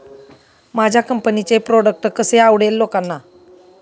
माझ्या कंपनीचे प्रॉडक्ट कसे आवडेल लोकांना?